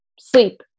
sleep